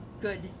good